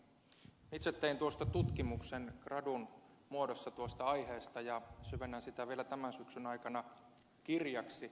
itse tein tuosta aiheesta tutkimuksen gradun muodossa ja syvennän sitä vielä tämän syksyn aikana kirjaksi